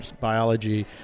biology